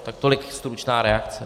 Tak tolik stručná reakce.